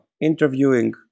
interviewing